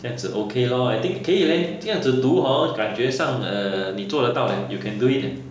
这样子 okay lor I think 可以 leh 这样子读 hor 感觉上 err 你做得到 eh you can do it eh